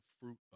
fruit